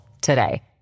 today